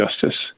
justice